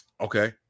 Okay